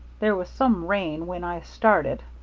there was some rain when i started,